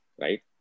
right